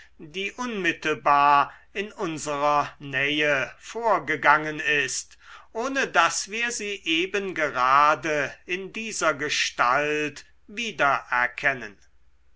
die unmittelbar in unserer nähe vorgegangen ist ohne daß wir sie eben gerade in dieser gestalt wiedererkennen